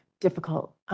difficult